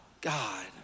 God